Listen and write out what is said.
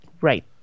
Right